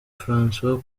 françois